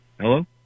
Hello